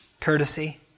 courtesy